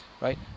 right